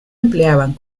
empleaban